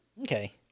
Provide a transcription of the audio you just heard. Okay